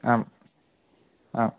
ma'am ஆ